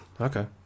Okay